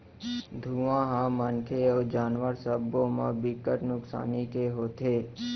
धुंआ ह मनखे अउ जानवर सब्बो म बिकट नुकसानी के होथे